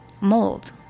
Mold